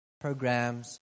programs